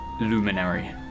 Luminary